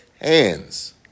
hands